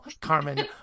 carmen